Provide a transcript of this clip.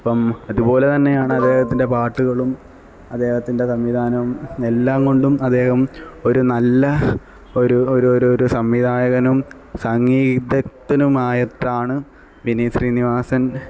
ഇപ്പം അതുപോലെ തന്നെയാണ് അദ്ദേഹത്തിന്റെ പാട്ടുകളും അദ്ദേഹത്തിന്റെ സംവിധാനവും എല്ലാം കൊണ്ടും അദ്ദേഹം ഒരു നല്ല ഒരു ഒരു ഒരു സംവിധായകനും സംഗീതത്തനുമായിട്ടാണ് വിനീത് ശ്രീനിവാസന്